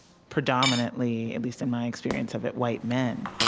predominantly, at least in my experience of it, white men,